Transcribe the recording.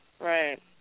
right